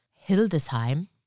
Hildesheim